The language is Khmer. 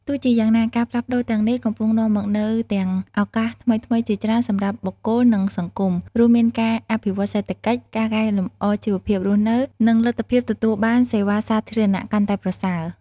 ទោះជាយ៉ាងណា ការផ្លាស់ប្ដូរទាំងនេះកំពុងនាំមកនូវទាំងឱកាសថ្មីៗជាច្រើនសម្រាប់បុគ្គល និងសង្គម រួមមានការអភិវឌ្ឍន៍សេដ្ឋកិច្ច ការកែលម្អជីវភាពរស់នៅ និងលទ្ធភាពទទួលបានសេវាសាធារណៈកាន់តែប្រសើរ។